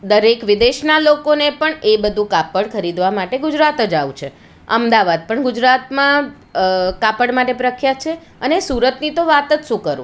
દરેક વિદેશના લોકોને પણ એ બધું કાપડ ખરીદવા માટે પણ ગુજરાત જ આવું છે અમદાવાદ પણ ગુજરાતમાં કાપડ માટે પ્રખ્યાત છે અને સુરતની તો વાત જ શું કરું